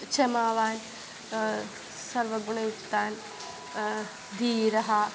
चमावान् सर्वगुणयुक्तवान् धीरः